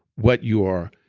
what you are,